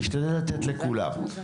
אני אשתדל לתת לכולם.